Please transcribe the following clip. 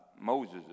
Moses